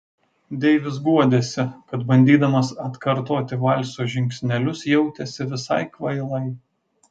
deivis guodėsi kad bandydamas atkartoti valso žingsnelius jautėsi visai kvailai